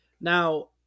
Now